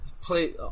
play